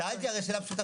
שאלתי הרי שאלה פשוטה,